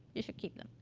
you should keep them.